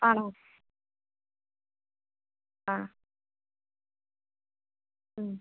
ആണോ ആ